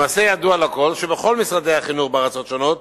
למעשה ידוע לכול שבכל משרדי החינוך בארצות שונות